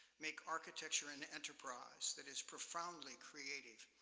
make architecture an enterprise that is profoundly creative,